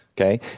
okay